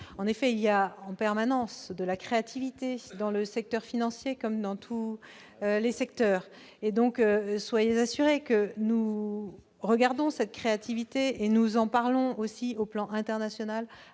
En effet, il y a en permanence de la créativité dans le secteur financier, comme dans tous les secteurs, mais soyez assuré que nous observons cette créativité. Nous en parlons aussi au plan international